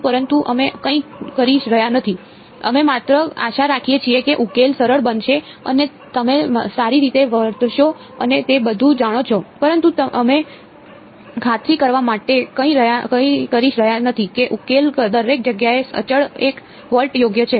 પરંતુ અમે કંઈ કરી રહ્યા નથી અમે માત્ર આશા રાખીએ છીએ કે ઉકેલ સરળ બનશે અને તમે સારી રીતે વર્તશો અને તે બધું જાણો છો પરંતુ અમે ખાતરી કરવા માટે કંઈ કરી રહ્યા નથી કે ઉકેલ દરેક જગ્યાએ અચળ એક વોલ્ટ યોગ્ય છે